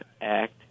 Act